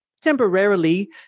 temporarily